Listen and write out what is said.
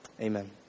Amen